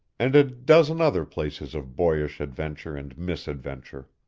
and a dozen other places of boyish adventure and misadventure.